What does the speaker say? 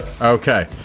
Okay